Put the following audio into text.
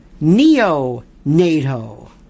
neo-NATO